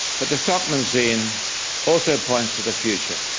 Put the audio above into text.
but the stockman scene also points to the future.